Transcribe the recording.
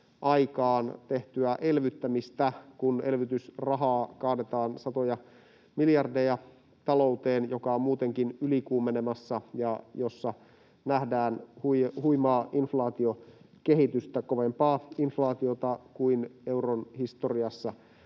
aikaan tehtyä elvyttämistä, kun elvytysrahaa kaadetaan satoja miljardeja talouteen, joka on muutenkin ylikuumenemassa ja jossa nähdään huimaa inflaatiokehitystä — kovempaa inflaatiota kuin euron historiassa